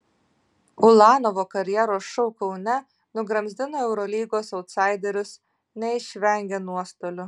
ulanovo karjeros šou kaune nugramzdino eurolygos autsaiderius neišvengė nuostolių